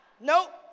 Nope